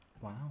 Wow